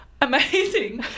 amazing